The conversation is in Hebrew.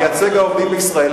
מייצג העובדים בישראל,